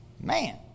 Man